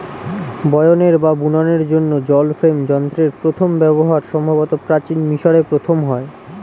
বয়নের বা বুননের জন্য জল ফ্রেম যন্ত্রের প্রথম ব্যবহার সম্ভবত প্রাচীন মিশরে প্রথম হয়